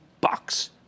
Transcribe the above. bucks